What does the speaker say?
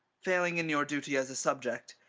failing in your duty as a subject,